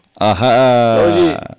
Aha